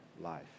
life